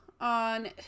on